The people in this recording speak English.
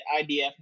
IDF